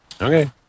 Okay